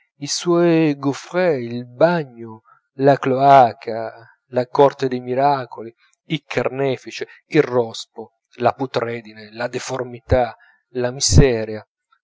i suoi gouffres il bagno la cloaca la corte dei miracoli il carnefice il rospo la putredine la deformità la miseria